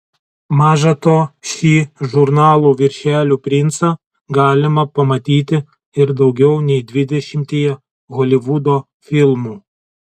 maža to šį žurnalų viršelių princą galima pamatyti ir daugiau nei dvidešimtyje holivudo filmų